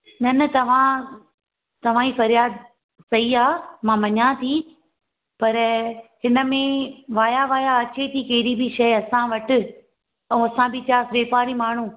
न न तव्हां तव्हां ई फ़रियादि सही आहे मां मञा थी पर हिनमें वाया वाया अचे थी कहिड़ी बि शइ असां वटि ऐं असां बि छा वापारी माण्हू